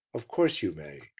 of course you may,